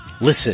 Listen